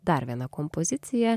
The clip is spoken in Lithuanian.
dar viena kompozicija